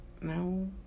No